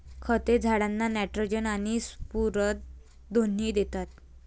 खते झाडांना नायट्रोजन आणि स्फुरद दोन्ही देतात